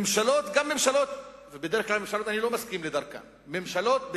ממשלות ובדרך כלל אני לא מסכים לדרכן של ממשלות,